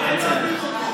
ובצדק.